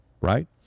Right